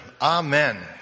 Amen